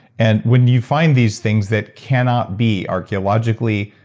and when you find these things that cannot be archeologically,